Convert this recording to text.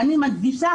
ואני מדגישה,